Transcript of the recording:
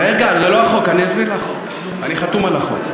רגע, זה לא החוק, אסביר לך, אני חתום על החוק.